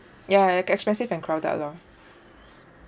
ya like expensive and crowded lor